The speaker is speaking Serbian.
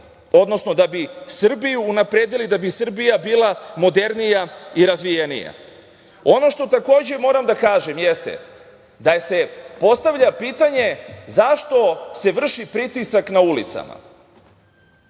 sve samo da bi Srbiju unapredili, da bi Srbija bila modernija i razvijenija. Ono što takođe moram da kažem jeste da se postavlja pitanje – zašto se vrši pritisak na ulicama?